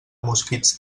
mosquits